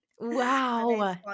Wow